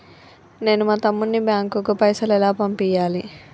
నేను మా తమ్ముని బ్యాంకుకు పైసలు ఎలా పంపియ్యాలి?